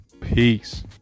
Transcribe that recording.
Peace